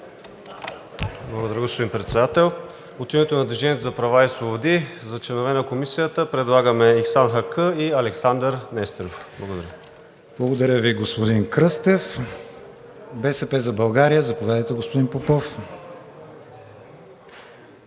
Благодаря Ви, господин Кръстев. „БСП за България“. Заповядайте, господин Попов.